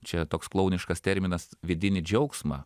čia toks klouniškas terminas vidinį džiaugsmą